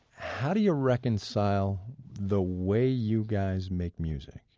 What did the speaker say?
how do you reconcile the way you guys make music,